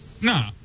No